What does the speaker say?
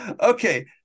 Okay